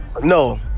No